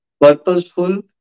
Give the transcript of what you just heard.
purposeful